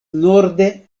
norde